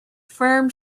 firm